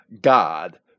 God